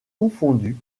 confondu